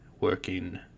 working